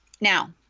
Now